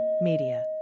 Media